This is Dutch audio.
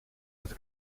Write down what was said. het